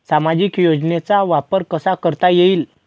सामाजिक योजनेचा वापर कसा करता येईल?